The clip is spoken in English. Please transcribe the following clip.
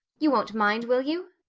you won't mind, will you?